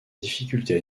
difficultés